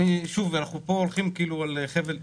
שוב, אנחנו פה הולכים על חבל דק.